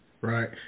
Right